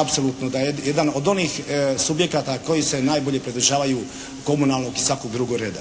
apsolutno da je jedan od onih subjekata koji se najbolje pridržavaju komunalnog i svakog drugog reda.